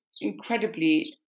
incredibly